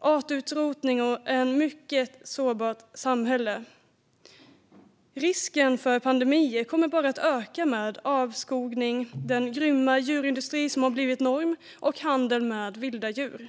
artutrotning och ett mycket sårbart samhälle. Risken för pandemier kommer bara att öka med avskogningen, med den grymma djurindustri som har blivit norm och med handeln med vilda djur.